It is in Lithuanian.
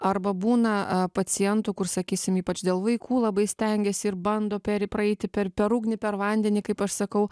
arba būna a pacientų kur sakysim ypač dėl vaikų labai stengiasi ir bando per praeiti per per ugnį per vandenį kaip aš sakau